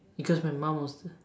because my mom was the